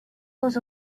was